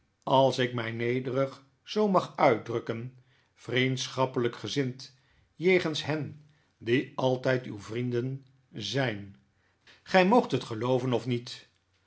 als ik mij nederig zoo mag uitdrukken vriendschappelijk gezind jegens hen die altijd uw vrienden zijn gij moogt het gelooven of niet